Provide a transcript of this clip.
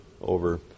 over